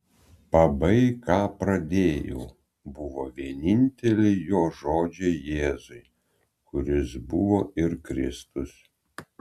pabaik ką pradėjau buvo vieninteliai jo žodžiai jėzui kuris buvo ir kristus